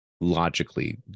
logically